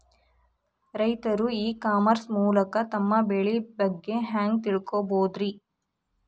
ರೈತರು e commerce ಮೂಲಕ ತಮ್ಮ ಬೆಳಿ ಬಗ್ಗೆ ಹ್ಯಾಂಗ ತಿಳ್ಕೊಬಹುದ್ರೇ?